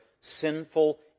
sinful